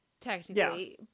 technically